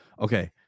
Okay